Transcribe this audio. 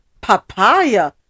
papaya